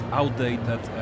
outdated